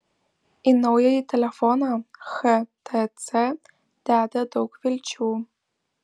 į naująjį telefoną htc deda daug vilčių